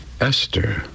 Esther